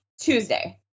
tuesday